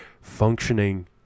functioning